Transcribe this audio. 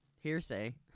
hearsay